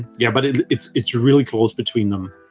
yeah but it's it's really close between them.